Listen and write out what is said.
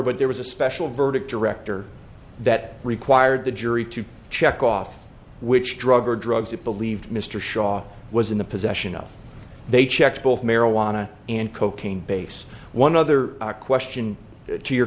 but there was a special verdict director that required the jury to check off which drug or drugs it believed mr shaw was in the possession of they checked both marijuana and cocaine base one other question to your